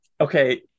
okay